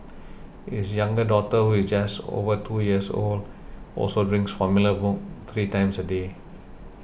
his younger daughter who is just over two years old also drinks formula milk three times a day